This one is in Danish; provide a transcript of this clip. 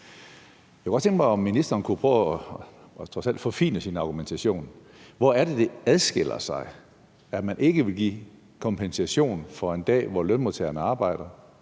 Jeg kunne godt tænke mig, om ministeren kunne prøve trods alt at forfine sin argumentation. Hvor er det, det adskiller sig, at man ikke vil give kompensation for en dag, hvor lønmodtageren arbejder,